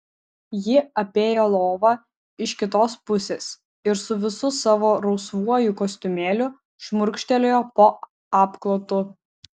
ji apėjo lovą iš kitos pusės ir su visu savo rausvuoju kostiumėliu šmurkštelėjo po apklotu